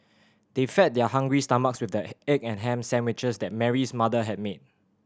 they fed their hungry stomachs with the egg and ham sandwiches that Mary's mother had made